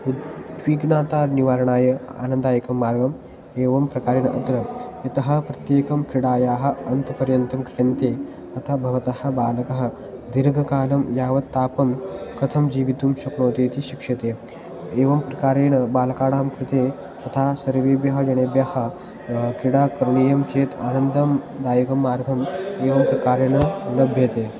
उद्विग्नतानिवारणाय आनन्दायकः मार्गः एवं प्रकारेण अत्र यतः प्रत्येकं क्रीडायाः अन्तपर्यन्तं क्रीडन्ति अतः भवतः बालकः दीर्घकालं यावत् तापं कथं जीवितुं शक्नोति इति शिक्षते एवं प्रकारेण बालकानां कृते तथा सर्वेभ्यः जनेभ्यः क्रीडा करणीया चेत् आनन्ददायकः मार्गः एवं प्रकारेण लभ्यते